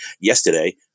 yesterday